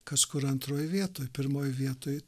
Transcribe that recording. kažkur antroj vietoj pirmoj vietoj